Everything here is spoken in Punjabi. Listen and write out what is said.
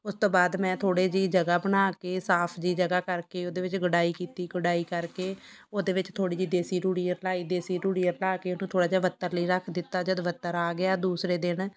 ਉਸ ਤੋਂ ਬਾਅਦ ਮੈਂ ਥੋੜ੍ਹੀ ਜਿਹੀ ਜਗ੍ਹਾ ਬਣਾ ਕੇ ਸਾਫ਼ ਜਿਹੀ ਜਗ੍ਹਾ ਕਰਕੇ ਉਹਦੇ ਵਿੱਚ ਗੁਡਾਈ ਕੀਤੀ ਗੁਡਾਈ ਕਰਕੇ ਉਸਦੇ ਵਿੱਚ ਥੋੜ੍ਹੀ ਜਿਹੀ ਦੇਸੀ ਰੂੜੀ ਰਲਾਈ ਦੇਸੀ ਰੂੜੀ ਰਲਾ ਕੇ ਉਹਨੂੰ ਥੋੜ੍ਹਾ ਜਿਹਾ ਵੱਤਰ ਲਈ ਰੱਖ ਦਿੱਤਾ ਜਦ ਵੱਤਰ ਆ ਗਿਆ ਦੂਸਰੇ ਦਿਨ